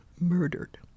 murdered